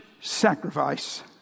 sacrifice